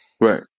Right